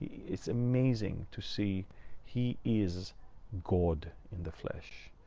it's amazing to see he is god in the flesh,